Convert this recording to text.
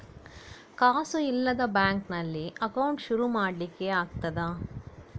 ಕಾಸು ಇಲ್ಲದ ಬ್ಯಾಂಕ್ ನಲ್ಲಿ ಅಕೌಂಟ್ ಶುರು ಮಾಡ್ಲಿಕ್ಕೆ ಆಗ್ತದಾ?